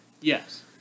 Yes